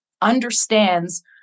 understands